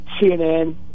cnn